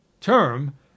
Term